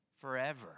forever